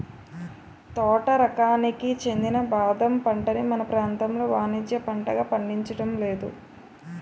తోట రకానికి చెందిన బాదం పంటని మన ప్రాంతంలో వానిజ్య పంటగా పండించడం లేదు